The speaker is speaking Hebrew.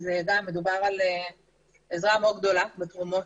אז גם מדובר בעזרה מאוד גדולה ותרומות